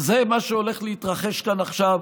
זה מה שהולך להתרחש כאן עכשיו,